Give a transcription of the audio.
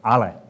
Ale